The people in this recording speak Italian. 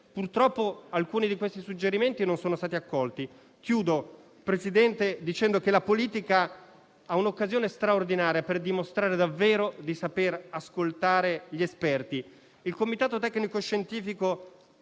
Purtroppo, alcuni di questi suggerimenti non sono stati accolti. Concludo, Presidente, dicendo che la politica ha un'occasione straordinaria per dimostrare davvero di saper ascoltare gli esperti. Il comitato tecnico-scientifico